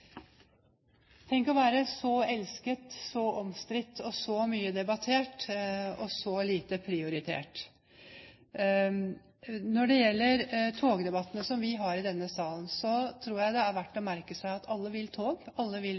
Tenk å være så elsket, så omstridt, så mye debattert – og så lite prioritert. Når det gjelder togdebattene vi har i denne salen, tror jeg det er verdt å merke seg at alle vil ha tog – alle vil